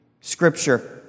Scripture